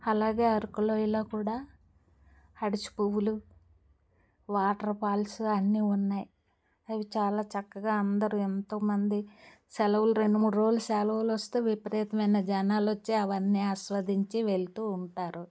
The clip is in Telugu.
అలాగే అరకులోయలో కూడా అవిసె పువ్వులు వాటర్ఫాల్స్ అన్ని ఉన్నాయి అవి చాలా చక్కగా అందరూ ఎంతోమంది సెలవులు రెండు మూడు రోజులు సెలవులు వస్తే విపరీతమైన జనాలు వచ్చి అవన్నీ ఆస్వాదించి వెళ్తూ ఉంటారు